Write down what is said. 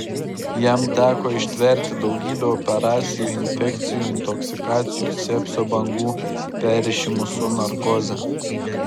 jam teko ištverti daugybę operacijų infekcijų intoksikacijų sepsio bangų perrišimų su narkoze